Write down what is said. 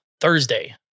Thursday